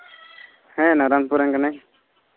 ᱱᱟᱨᱟᱭᱚᱱᱯᱩᱨ ᱨᱮᱱ ᱠᱟᱱᱟᱭ